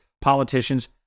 politicians